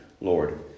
Lord